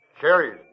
Cherries